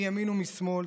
מימין ומשמאל,